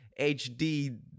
HD